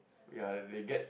ya they get